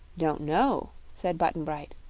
don't know, said button-bright.